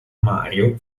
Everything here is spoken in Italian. mario